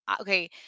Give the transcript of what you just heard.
okay